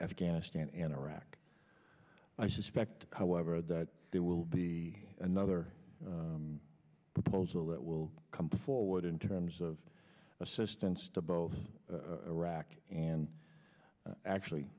afghanistan and iraq i suspect however that there will be another proposal that will come forward in terms of assistance to both iraq and actually